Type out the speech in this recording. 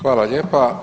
Hvala lijepa.